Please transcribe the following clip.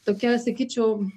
tokia sakyčiau